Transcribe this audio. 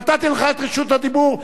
נתתי לך את רשות הדיבור.